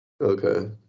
Okay